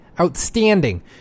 outstanding